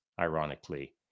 ironically